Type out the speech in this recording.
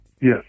Yes